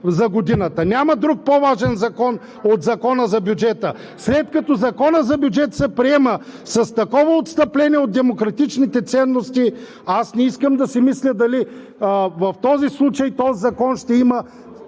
за годината. Няма друг по-важен закон от Закона за бюджета! След като Законът за бюджета се приема с такова отстъпление от демократичните ценности, аз не искам да си мисля дали в този случай този закон ще има